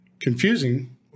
Confusing